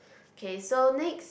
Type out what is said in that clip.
K so next